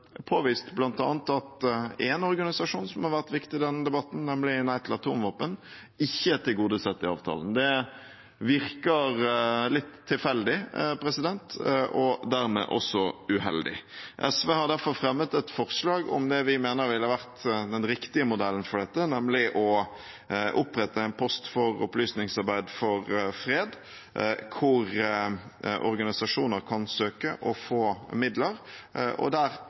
påvist bl.a. at én organisasjon som har vært viktig i denne debatten, nemlig Nei til Atomvåpen, ikke er tilgodesett i avtalen. Det virker litt tilfeldig og dermed også uheldig. SV har derfor fremmet et forslag om det vi mener ville være den riktige modellen for dette, nemlig å opprette en post for opplysningsarbeid for fred, der organisasjoner kan søke om å få midler, og der